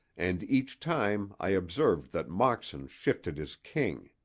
and each time i observed that moxon shifted his king.